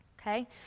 okay